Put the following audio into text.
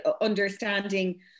understanding